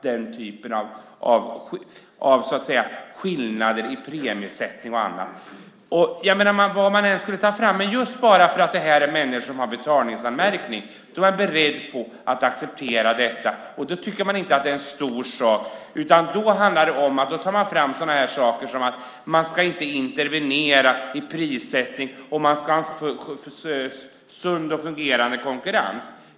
Den typen av skillnader i premiesättning skulle vi inte acceptera. Men bara för att det är människor med betalningsanmärkning är man beredd att acceptera detta. Man tycker inte att det är en stor sak, utan då tar man fram sådant som att vi inte ska intervenera i prissättning, vi ska ha en sund och fungerande konkurrens.